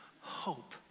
hope